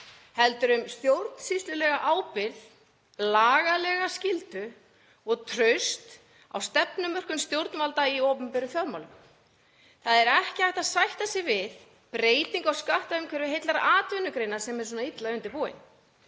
heldur um stjórnsýslulega ábyrgð, lagalega skyldu og traust á stefnumörkun stjórnvalda í opinberum fjármálum. Það er ekki hægt að sætta sig við breytingu á skattaumhverfi heillar atvinnugreinar sem er svona illa undirbúin.